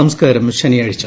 സംസ്കാരം ശനിയാഴ്ച